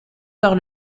par